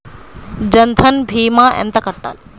జన్ధన్ భీమా ఎంత కట్టాలి?